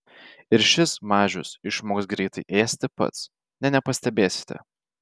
ir šis mažius išmoks greitai ėsti pats nė nepastebėsite